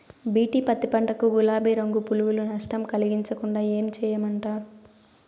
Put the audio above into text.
BT పత్తి పంట కు, గులాబీ రంగు పులుగులు నష్టం కలిగించకుండా ఏం చేయమంటారు?